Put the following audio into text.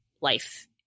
life